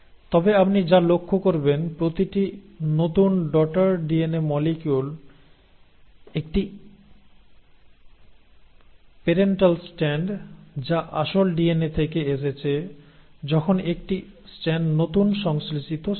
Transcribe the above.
তবে আপনি যা লক্ষ্য করবেন প্রতিটি নতুন ডটার ডিএনএ মলিকিউলে একটি প্যারেন্টাল স্ট্র্যান্ড যা আসল ডিএনএ থেকে এসেছে যখন একটি স্ট্র্যান্ড নতুন সংশ্লেষিত স্ট্র্যান্ড